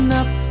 up